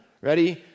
Ready